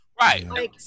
Right